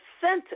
center